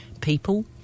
people